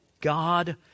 God